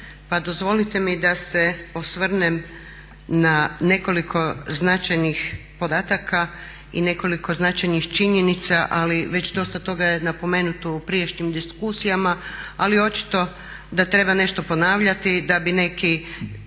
dozvolite mi da se osvrnem na nekoliko značajnih podataka i nekoliko značajnih činjenica. Ali već dosta toga je napomenuto u prijašnjim diskusijama, ali očito da treba nešto ponavljati da bi neki